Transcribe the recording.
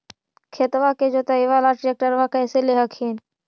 खेतबा के जोतयबा ले ट्रैक्टरबा कैसे ले हखिन?